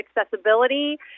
accessibility